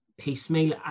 piecemeal